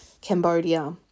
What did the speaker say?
Cambodia